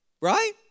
right